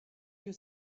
you